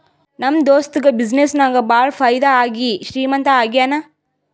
ನಮ್ ದೋಸ್ತುಗ ಬಿಸಿನ್ನೆಸ್ ನಾಗ್ ಭಾಳ ಫೈದಾ ಆಗಿ ಶ್ರೀಮಂತ ಆಗ್ಯಾನ